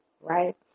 Right